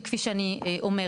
וכפי שאני אומרת,